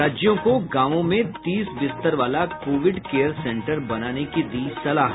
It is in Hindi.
राज्यों को ग्रामीण इलाकों में तीस बिस्तर वाला कोविड केयर सेंटर बनाने की दी सलाह